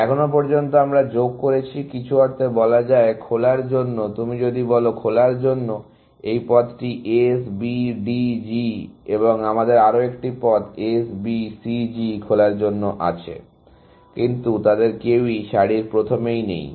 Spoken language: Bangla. এখন আমরা যোগ করেছি কিছু অর্থে বলা যায় খোলার জন্য যদি তুমি বলো খোলার জন্য এই পথটি S B D G এবং আমাদের আরও একটি পথ S B C G খোলার জন্য আছে কিন্তু তাদের কেউই সারির প্রথমেই নেই